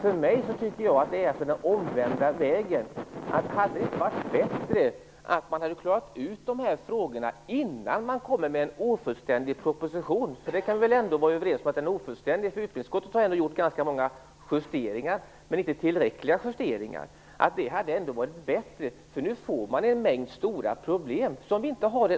Jag tycker att det hade varit bättre att man hade gått den motsatta vägen och klarat ut de här frågorna innan man lade fram en ofullständig proposition. Att den är ofullständig kan vi väl vara överens om - utskottet har gjort ganska många justeringar, om också inte tillräckliga. Nu får man en mängd stora problem.